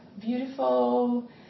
beautiful